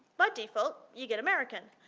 by default you get american.